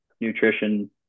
nutrition